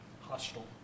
hostile